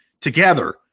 together